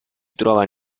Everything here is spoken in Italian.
trova